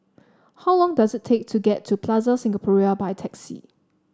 how long does it take to get to Plaza Singapura by taxi